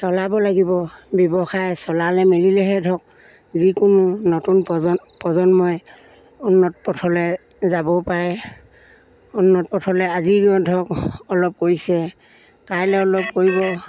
চলাব লাগিব ব্যৱসায় চলালে মিলিলেহে ধৰক যিকোনো নতুন প্ৰজ প্ৰজন্মই উন্নত পথলৈ যাব পাৰে উন্নত পথলৈ আজি ধৰক অলপ কৰিছে কাইলৈ অলপ কৰিব